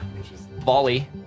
volley